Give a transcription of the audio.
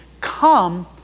come